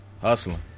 Hustling